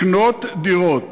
לקנות דירות